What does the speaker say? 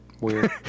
Weird